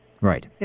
Right